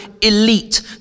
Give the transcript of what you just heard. elite